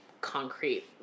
concrete